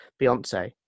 Beyonce